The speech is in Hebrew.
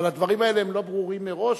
אבל הדברים האלה הם לא ברורים מראש?